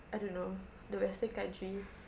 I don't know the western countries